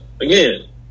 again